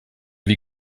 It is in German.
wie